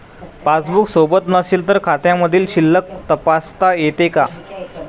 Passbook सोबत नसेल तर खात्यामधील शिल्लक तपासता येते का?